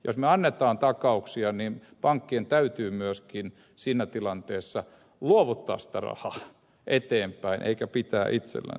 jos annetaan takauksia niin pankkien täytyy myöskin siinä tilanteessa luovuttaa sitä rahaa eteenpäin eikä pitää itsellänsä